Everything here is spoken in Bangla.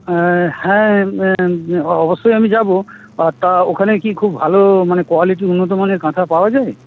হ্যাঁ হ্যাঁ অবশ্যই আমি যাব আ তা ওখানে কি খুব ভালো মানে কোয়ালিটি উন্নত মানের কাঁথা পাওয়া যাবে